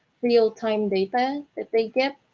real-time data that they get.